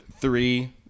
Three